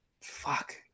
fuck